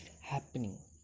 happening